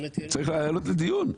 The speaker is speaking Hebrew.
זה צריך היה לעלות לדיון.